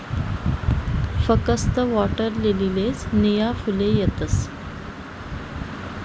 फकस्त वॉटरलीलीलेच नीया फुले येतस